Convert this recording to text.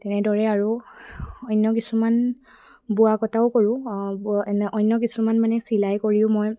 তেনেদৰে আৰু অন্য কিছুমান বোৱা কটাও কৰোঁ অন্য কিছুমান মানে চিলাই কৰিও মই